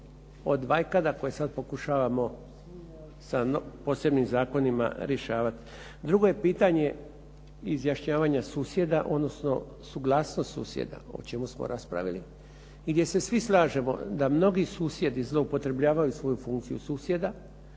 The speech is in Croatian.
od vajkada koje sad pokušavamo sa posebnim zakonima rješavati. Drugo je pitanje izjašnjavanja susjeda, odnosno suglasnost susjeda o čemu smo raspravili i gdje se svi slažemo da mnogi susjedi zloupotrebljavaju svoju funkciju susjeda.